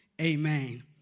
Amen